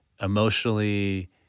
emotionally